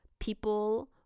People